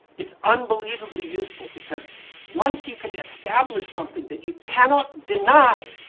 it's unbelievably useful because once you can establish something that you cannot deny,